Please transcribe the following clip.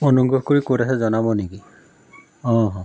অনুগ্ৰহ কৰি ক'ত আছে জনাব নেকি অঁ